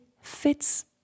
fits